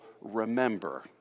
remember